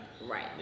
Right